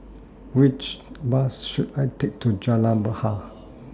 Which Bus should I Take to Jalan Bahar